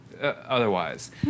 otherwise